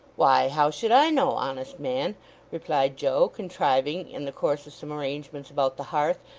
why, how should i know, honest man replied joe, contriving in the course of some arrangements about the hearth,